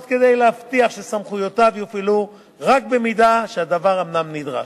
כדי להבטיח שסמכויותיו יופעלו רק במידה שהדבר אומנם נדרש.